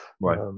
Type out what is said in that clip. right